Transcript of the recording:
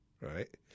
right